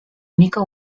única